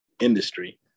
industry